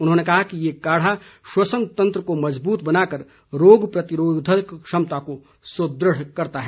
उन्होने कहा कि ये काढ़ा श्वसन तंत्र को मजबूत बनाकर रोग प्रतिरोधक क्षमता को सुदृढ़ करता है